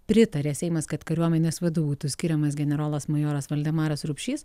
pritarė seimas kad kariuomenės vadu būtų skiriamas generolas majoras valdemaras rupšys